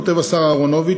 כותב השר אהרונוביץ,